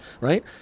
right